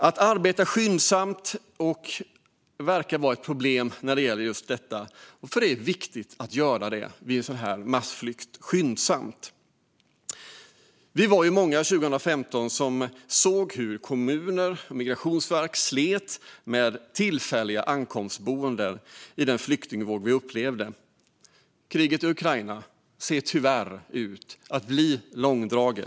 Att arbeta skyndsamt verkar vara ett problem när det gäller just detta. Men det är viktigt att arbeta skyndsamt vid en sådan här massflykt. Insatser på plan och byggområdet med an-ledning av invasionen av Ukraina År 2015 var vi många som såg hur kommuner och migrationsverk slet med tillfälliga ankomstboenden under den flyktingvågen. Kriget i Ukraina ser tyvärr ut att bli långdraget.